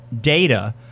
data